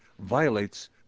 violates